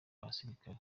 abasirikare